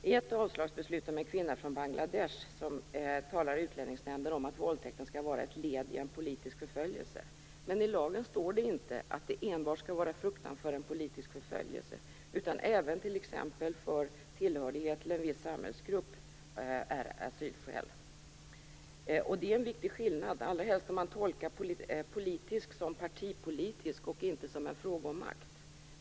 I ett avslagsbeslut om en kvinna från Bangladesh talar Utlänningsnämnden om att våldtäkten skall vara ett led i en politisk förföljelse. Men i lagen står det inte att det enbart skall vara fruktan för en politisk förföljelse, utan även t.ex. tillhörighet till en viss samhällsgrupp är asylskäl. Det är en viktig skillnad, allra helst när man tolkar politisk som partipolitisk och inte som en fråga om makt.